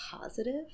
positive